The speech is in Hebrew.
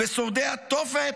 בשורדי התופת,